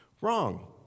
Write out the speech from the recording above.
Wrong